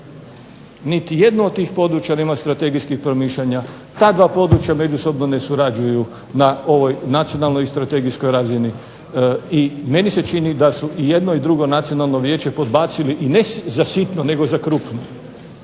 Niti jedno od tih područja nema strategijskih promišljanja. Ta dva područja međusobno ne surađuju na ovoj nacionalnoj i strategijskoj razini i meni se čini da su i jedno i drugo nacionalno vijeće podbacili, i ne za sitno, nego za krupno.